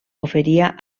oferia